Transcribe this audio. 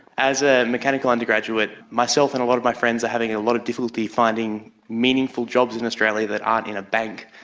as a mechanical undergraduate, myself and a lot of my friends are having a lot of difficulty meaningful jobs in australia that aren't in a bank.